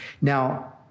Now